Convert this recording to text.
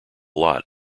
lot